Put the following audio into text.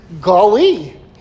golly